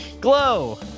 Glow